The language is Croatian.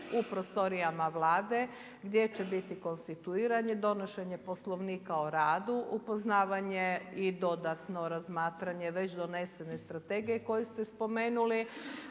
u prostorijama Vlade gdje će biti konstituiranje, donošenje Poslovnika o radu, upoznavanje i dodatno razmatranje već donesene strategije koju ste spomenuli,